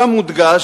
שם מודגש,